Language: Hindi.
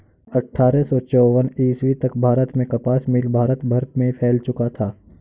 अट्ठारह सौ चौवन ईस्वी तक भारत में कपास मिल भारत भर में फैल चुका था